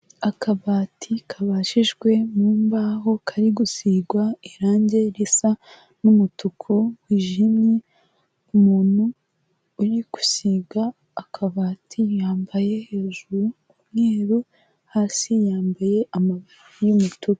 Akabati kabajijwe mu mbaho kari gusigwa irangi risa n'umutuku wijimye, umuntu uri gusiga akabati yambaye hejuru umweru, hasi yambaye amabara y'umutuku.